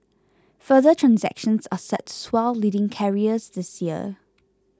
further transactions are set to swell leading carriers this year